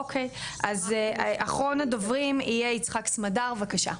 אוקי, אז אחרון הדוברים יהיה יצחק סמדר, בבקשה.